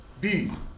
Bees